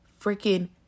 freaking